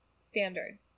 standard